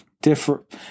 different